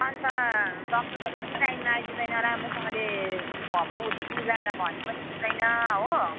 अन्त डक्टरहरू पनि टाइममा आइदिँदैन राम्रोसँगले भ् बुझाएर भनी पनि दिँदैन हो